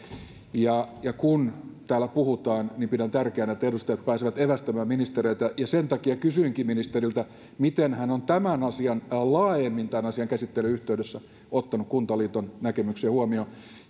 kun täällä puhutaan niin pidän tärkeänä että edustajat pääsevät evästämään ministereitä ja sen takia kysyinkin ministeriltä miten hän on laajemmin tämän asian käsittelyn yhteydessä ottanut kuntaliiton näkemyksiä huomioon